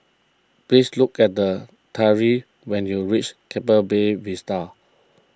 please look at the Tyreek when you reach Keppel Bay Vista